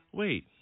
wait